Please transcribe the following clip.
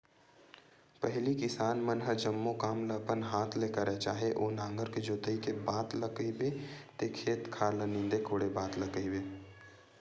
पहिली किसान मन ह जम्मो काम ल अपन हात ले करय चाहे ओ नांगर के जोतई के बात ल कहिबे ते खेत खार ल नींदे कोड़े बात ल कहिबे